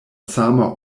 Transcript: sama